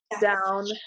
down